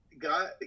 God